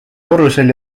korrusel